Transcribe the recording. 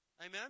Amen